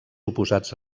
oposats